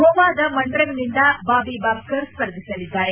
ಗೋವಾದ ಮಂಡ್ರೇಮ್ನಿಂದ ಬಾಬಿ ಬಾಬ್ಗರ್ ಸ್ಪರ್ಧಿಸಲಿದ್ದಾರೆ